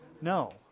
No